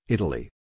Italy